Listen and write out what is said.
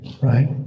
right